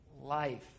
Life